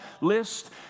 list